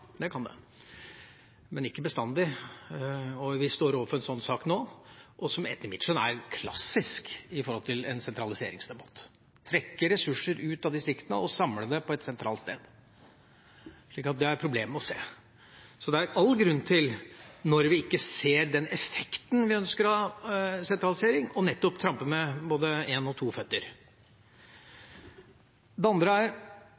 det kan det, men ikke bestandig. Vi står overfor en sånn sak nå, som etter mitt skjønn er klassisk i en sentraliseringsdebatt – å trekke ressurser ut av distriktene og samle dem på et sentralt sted – så det har jeg problemer med å se. Så det er all grunn til, når vi ikke ser den effekten vi ønsker av sentralisering, å nettopp trampe med både en og to føtter. Det andre,